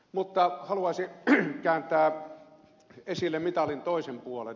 mutta haluaisin kääntää esille mitalin toisen puolen